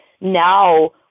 now